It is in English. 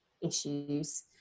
issues